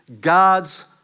God's